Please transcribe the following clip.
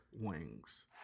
wings